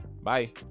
bye